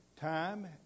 time